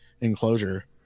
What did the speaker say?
enclosure